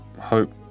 hope